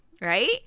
right